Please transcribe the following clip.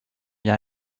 bien